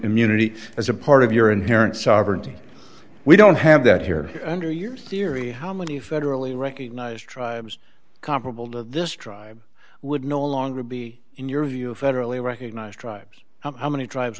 immunity as a part of your inherent sovereignty we don't have that here under yours theory how many federally recognized tribes comparable to this tribe would no longer be in your view federally recognized tribes how many tribes